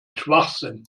schwachsinn